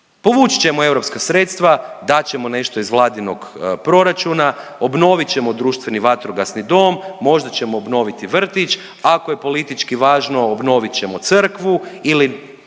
Povući ćemo europska sredstva, dat ćemo nešto iz vladinog proračuna, obnovit ćemo društveni vatrogasni dom, možda ćemo obnoviti vrtić. Ako je politički važno obnovit ćemo crkvu ili